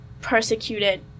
persecuted